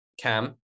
CAM